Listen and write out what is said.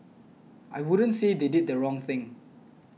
I wouldn't say they did the wrong thing